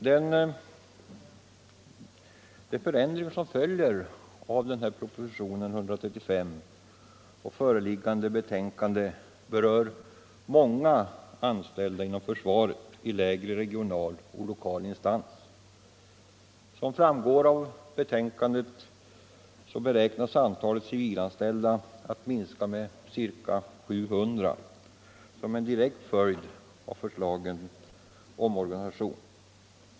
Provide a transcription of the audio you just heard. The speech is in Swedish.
De förändringar som följer av propositionen 135 och föreliggande betänkande berör många anställda inom försvaret i lägre regional och lokal instans. Som framgår av betänkandet beräknas antalet civilanställda minska med ca 700 som en direktföljd av föreslagen omorganisation.